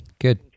good